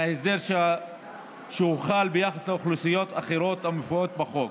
מההסדר שהוחל ביחס לאוכלוסיות אחרות המופיעות בחוק.